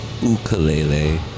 ukulele